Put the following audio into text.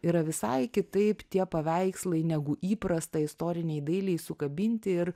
yra visai kitaip tie paveikslai negu įprasta istorinei dailei sukabinti ir